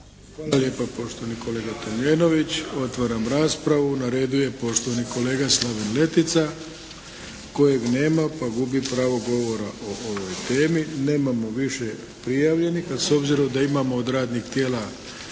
Hvala lijepa poštovani kolega Tomljenović. Otvaram raspravu. Na redu je poštovani kolega Slaven Letica kojeg nema pa gubi pravo govora o ovoj temi. Nemamo više prijavljenih, a s obzirom da imamo od radnih tijela